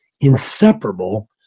inseparable